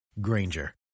Granger